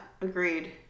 agreed